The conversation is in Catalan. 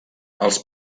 els